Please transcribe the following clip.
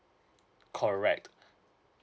correct